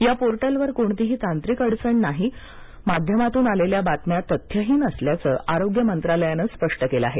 या पोर्टलवर कोणतीही तांत्रिक अडचण नाही माध्यमातून आलेल्या बातम्या तथ्यहीन असल्याचं आरोग्य मंत्रालयानं स्पष्ट केलं आहे